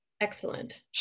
Excellent